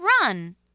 run